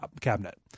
cabinet